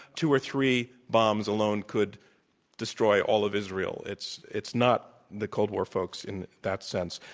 two or three bombs alone could destroy all of israel. it's it's not the cold war, folks, in that sense.